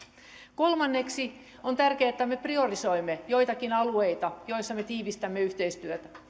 kolmanneksi on tärkeää että me priorisoimme joitakin alueita joilla me tiivistämme yhteistyötä